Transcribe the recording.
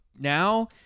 now